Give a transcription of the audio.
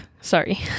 Sorry